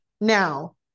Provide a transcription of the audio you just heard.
Now